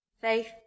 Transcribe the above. Faith